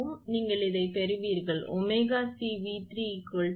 எனவே நீங்கள் பெறுவீர்கள் 𝜔𝐶𝑉3 𝜔𝐶𝑉2 0